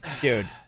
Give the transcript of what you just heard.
dude